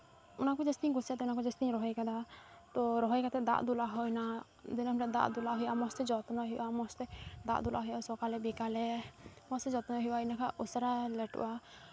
ᱚᱱᱟ ᱠᱚ ᱡᱟᱹᱥᱛᱤᱧ ᱠᱩᱥᱤᱭᱟᱜ ᱛᱮ ᱚᱱᱟ ᱠᱚ ᱡᱟᱹᱥᱛᱤᱧ ᱨᱚᱦᱚᱭ ᱠᱟᱫᱟ ᱛᱳ ᱨᱚᱦᱚᱭ ᱠᱟᱛᱮᱫ ᱫᱟᱜ ᱫᱩᱞᱟᱜ ᱦᱩᱭᱮᱱᱟ ᱫᱤᱱᱟᱹᱢ ᱦᱤᱞᱳᱜ ᱫᱟᱜ ᱫᱩᱞᱟᱜ ᱦᱩᱭᱩᱜᱼᱟ ᱢᱚᱡᱽ ᱛᱮ ᱡᱚᱛᱱᱚᱭ ᱦᱩᱭᱩᱜᱼᱟ ᱢᱚᱡᱽ ᱛᱮ ᱫᱟᱜ ᱫᱩᱞᱟᱜ ᱦᱩᱭᱩᱜᱼᱟ ᱥᱚᱠᱟᱞᱮ ᱵᱤᱠᱟᱞᱮ ᱢᱚᱡᱽ ᱛᱮ ᱡᱚᱛᱱᱚᱭ ᱦᱩᱭᱩᱜᱼᱟ ᱮᱸᱰᱮᱠᱷᱟᱱ ᱩᱥᱟᱹᱨᱟ ᱞᱟᱹᱴᱩᱜᱼᱟ